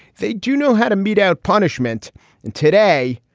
they do know how to mete out punishment and today,